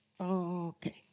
Okay